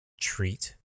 treat